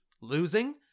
losing